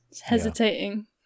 hesitating